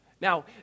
Now